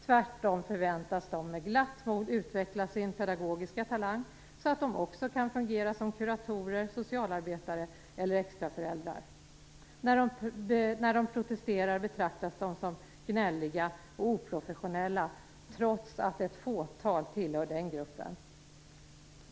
Tvärtom förväntas de med glatt mod utveckla sin pedagogiska talang så att de också kan fungera som kuratorer, socialarbetare eller extraföräldrar. När de protesterar betraktas de som gnälliga och oprofessionella, trots att ett fåtal tillhör den gruppen.